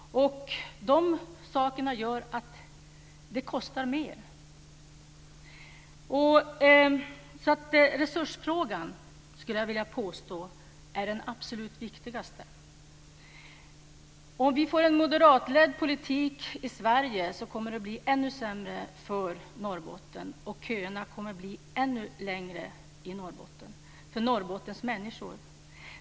De sakerna gör att det kostar mer. Resursfrågan skulle jag vilja påstå är den absolut viktigaste. Om vi får en moderatledd politik i Sverige kommer det att bli ännu sämre för Norrbotten, och köerna kommer att bli ännu längre för Norrbottens människor.